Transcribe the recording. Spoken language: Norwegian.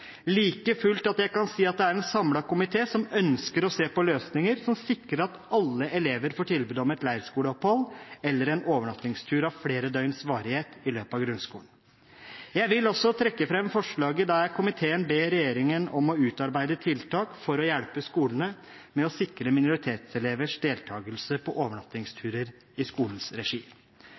like ens for å kunne si at det er en samlet komité som ønsker å se på løsninger som sikrer at alle elever får tilbud om et leirskoleopphold eller en overnattingstur av flere døgns varighet i løpet av grunnskolen. Jeg vil også trekke fram forslaget der komiteen ber regjeringen om å utarbeide tiltak for å hjelpe skolene med å sikre minoritetselevers deltakelse på overnattingsturer i skolens regi.